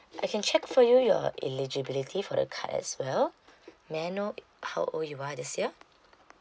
I can check for you your eligibility for the card as well may I know how old you are this year